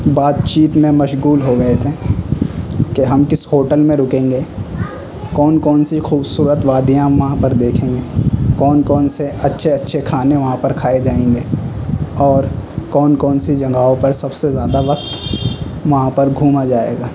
بات چیت میں مشغول ہو گئے تھے کہ ہم کس ہوٹل میں رکیں گے کون کون سی خوبصورت وادیاں ہم وہاں پر دیکھیں گے کون کون سے اچھے اچھے کھانے وہاں پر کھائے جائیں گے اور کون کون سی جگہوں پر سب سے زیادہ وقت وہاں پر گھوما جائے گا